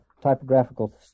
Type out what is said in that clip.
typographical